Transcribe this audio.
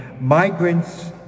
migrants